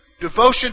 devotion